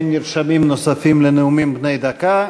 אין נרשמים נוספים לנאומים בני דקה.